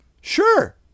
Sure